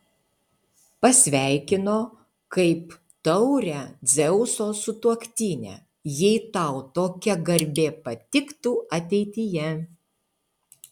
pasveikino kaip taurią dzeuso sutuoktinę jei tau tokia garbė patiktų ateityje